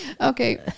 okay